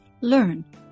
Learn